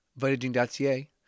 Vitaging.ca